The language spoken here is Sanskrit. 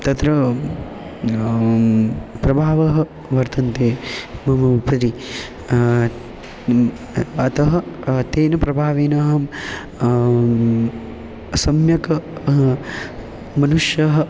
तत्र प्रभावः वर्तते मम उपरि अतः तेन प्रभावेणाहं सम्यक् मनुष्यः